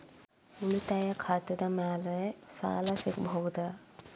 ಉಳಿತಾಯ ಖಾತೆದ ಮ್ಯಾಲೆ ಸಾಲ ಸಿಗಬಹುದಾ?